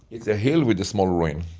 it's a hill with a small ruin.